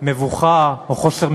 מבוכה או חוסר מקצועיות,